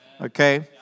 Okay